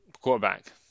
Quarterback